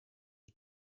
her